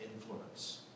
influence